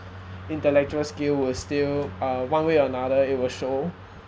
intellectual skill will still uh one way or another it will show